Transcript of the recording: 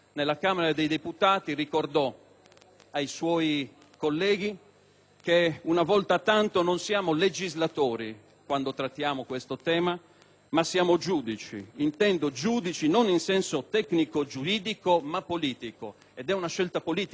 «Una volta tanto non siamo legislatori, ma giudici, intendo giudici non in senso tecnico-giuridico, ma politico», ed è una scelta politica questa di mantenere in vita la prerogativa costituzionale di questo Senato.